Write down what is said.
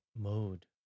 mode